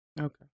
okay